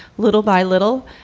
little by little,